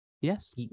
Yes